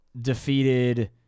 defeated